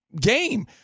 game